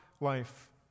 life